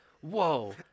whoa